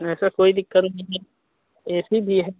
ऐसा कोई दिक्कत नहीं है ए सी भी है